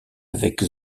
avec